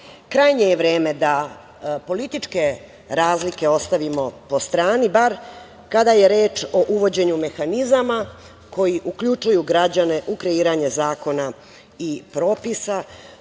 je vreme da političke razlike ostavimo po strani, bar kada je reč o uvođenju mehanizama, koji uključuju građane u kreiranje zakona i propisa,